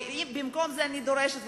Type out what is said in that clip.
ובמקום זה אני דורשת,